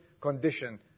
condition